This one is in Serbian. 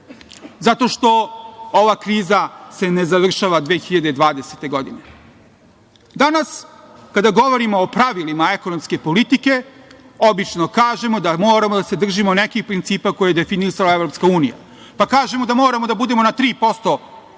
zato što ova kriza se ne završava 2020. godine. Danas kada govorimo o pravilima ekonomske politike obično kažemo da moramo da se držimo nekih principa koje je definisala EU, pa kažemo da moramo da budemo na 3% deficita,